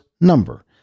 number